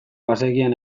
bazekien